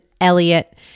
Elliot